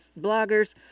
bloggers